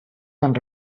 van